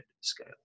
scale